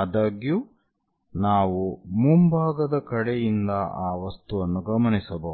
ಆದಾಗ್ಯೂ ನಾವು ಮುಂಭಾಗದ ಕಡೆಯಿಂದ ಆ ವಸ್ತುವನ್ನು ಗಮನಿಸಬಹುದು